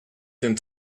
den